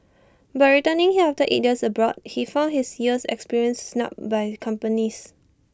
but returning here after eight years abroad he found his years of experience snubbed by companies